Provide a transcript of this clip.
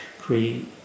create